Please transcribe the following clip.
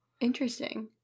Interesting